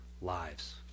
lives